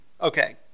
Okay